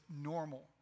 normal